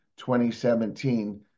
2017